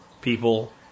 people